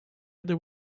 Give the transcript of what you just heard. other